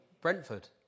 Brentford